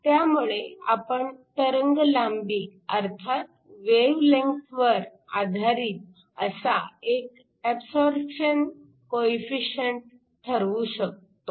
त्यामुळे आपण तरंगलांबी अर्थात वेव्हलेंथवर आधारित असा एक अबसॉरप्शन कोइफिशिअंट ठरवू शकलो